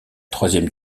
troisième